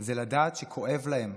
זה לדעת שכואב להם.